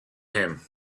him